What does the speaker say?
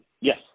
Yes